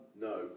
no